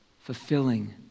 fulfilling